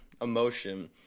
emotion